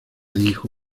dijo